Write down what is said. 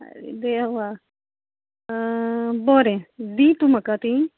आरे देवा बरें दी तूं म्हाका तीं